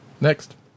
next